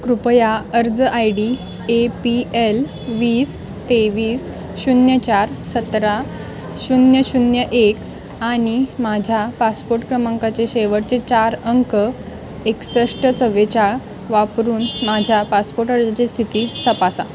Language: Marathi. कृपया अर्ज I D A P L वीस तेवीस शून्य चार सतरा शून्य शून्य एक आणि माझ्या पासपोर्ट क्रमांकाचे शेवटचे चार अंक एकसष्ट चव्वेचाळीस वापरून माझ्या पासपोर्ट अर्जाची स्थिती तपासा